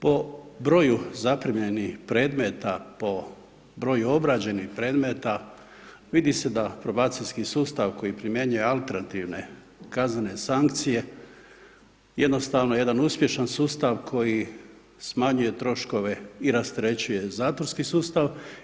Po broju zaprimljenih predmeta, po broju obrađenih predmeta, vidi se da probacijski sustav koji primjenjuje alternativne kaznene sankcije jednostavno jedan uspješan sustav koji smanjuje troškove i rasterećuje zatvorski sustav.